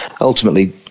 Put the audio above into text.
Ultimately